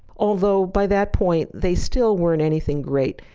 although by that point, they still weren't anything great.